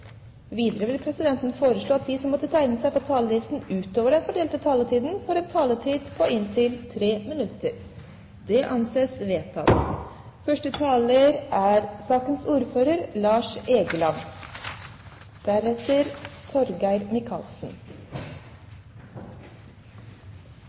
Videre vil presidenten foreslå at de som måtte tegne seg på talerlisten utover den fordelte taletid, får en taletid på inntil 3 minutter. – Det anses vedtatt. Bakgrunnen for saken er